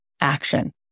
action